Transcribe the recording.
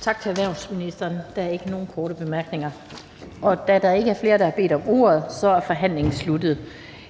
Tak til erhvervsministeren. Der er ikke nogen korte bemærkninger. Da der ikke er flere, der har bedt om ordet, er forhandlingen sluttet.